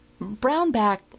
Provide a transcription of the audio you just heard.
Brownback